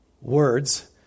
words